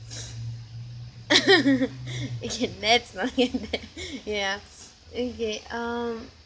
it can yeah okay um